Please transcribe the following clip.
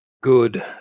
Good